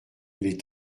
les